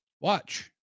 watch